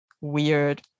weird